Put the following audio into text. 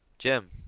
jim!